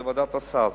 היא ועדת הסל.